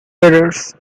errors